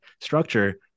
structure